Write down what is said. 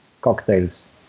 cocktails